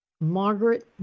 Margaret